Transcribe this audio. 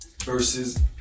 versus